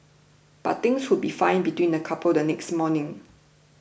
but things would be fine between the couple the next morning